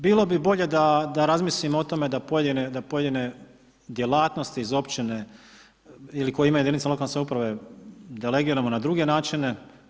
Bilo bi bolje da razmislimo o tome da pojedine djelatnosti iz općine ili koje imaju jedinice lokalne samouprave delegiramo na druge načine.